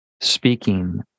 speaking